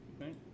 right